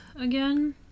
again